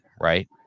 Right